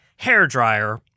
hairdryer